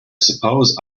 suppose